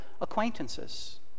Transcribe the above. acquaintances